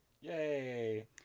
Yay